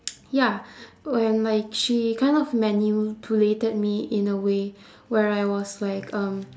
ya when like she kind of manipulated me in a way where I was like um